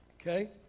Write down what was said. Okay